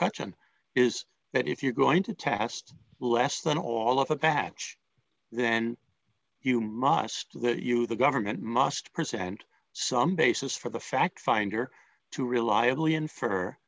caution is that if you're going to test less than all of a batch then you must you the government must present some basis for the fact finder to reliably